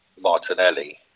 Martinelli